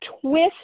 twist